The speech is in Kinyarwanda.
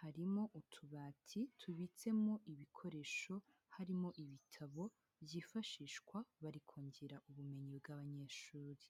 harimo utubati tubitsemo ibikoresho harimo ibitabo byifashishwa bari kongera ubumenyi bw'abanyeshuri.